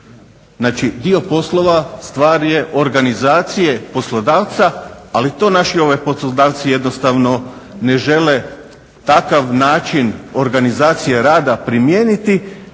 Znači, dio poslova stvar je organizacije poslodavca, ali to naši poslodavci jednostavno ne žele takav način organizacije rada primijeniti,